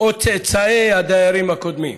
או צאצאי הדיירים הקודמים.